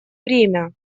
время